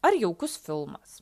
ar jaukus filmas